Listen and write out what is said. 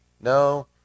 no